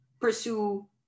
pursue